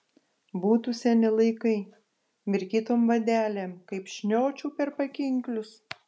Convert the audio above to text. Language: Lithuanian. būtų seni laikai mirkytom vadelėm kaip šniočiau per pakinklius